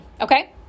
okay